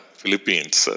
Philippines